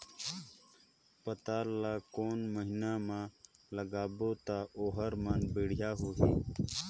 पातल ला कोन महीना मा लगाबो ता ओहार मान बेडिया होही?